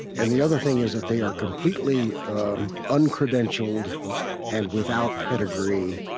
and the other thing is that they are completely uncredentialed and without pedigree,